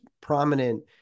prominent